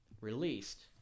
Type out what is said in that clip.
released